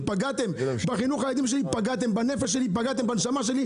כשפגעתם בחינוך הילדים שלי פגעתם בנפש שלי,